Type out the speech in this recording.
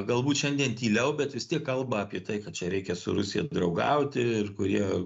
galbūt šiandien tyliau bet vis tiek kalba apie tai kad čia reikia su rusija draugauti ir kurie